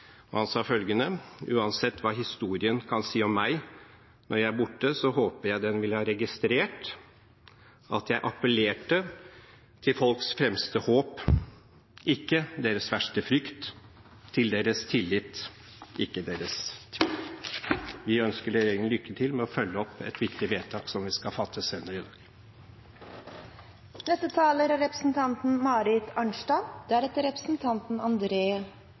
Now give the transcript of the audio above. Uansett hva historien kan si om meg: Når jeg er borte, håper jeg den vil ha registrert at jeg appellerte til folks fremste håp, ikke deres verste frykt – til deres tillit, ikke deres tvil. Vi ønsker regjeringen lykke til med å følge opp et viktig vedtak som vi skal fatte senere i dag. Det er